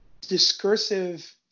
discursive